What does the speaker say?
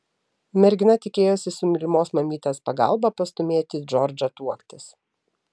mergina tikėjosi su mylimos mamytės pagalba pastūmėti džordžą tuoktis